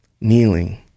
kneeling